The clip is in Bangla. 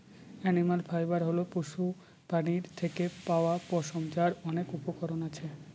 এনিম্যাল ফাইবার হল পশুপ্রাণীর থেকে পাওয়া পশম, যার অনেক উপকরণ আছে